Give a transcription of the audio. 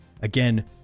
Again